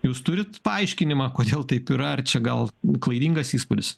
jūs turit paaiškinimą kodėl taip yra ar čia gal klaidingas įspūdis